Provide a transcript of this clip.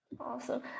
Awesome